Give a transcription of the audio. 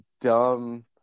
dumb